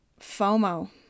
FOMO